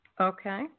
Okay